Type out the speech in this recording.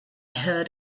heard